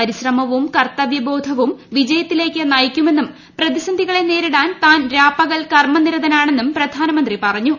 പരിശ്രമവും കർത്തവ്യബോധവും വിജയത്തിലേക്ക് നയിക്കുമെന്നും പ്രതിസന്ധികളെ നേരിടാൻ താൻ രാപ്പകൽ കർമ്മനിരതനാണെന്നും പ്രധാനമന്ത്രി പറഞ്ഞു